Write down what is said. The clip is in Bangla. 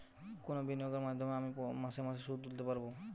কোন বিনিয়োগের মাধ্যমে আমি মাসে মাসে সুদ তুলতে পারবো?